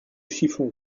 chiffon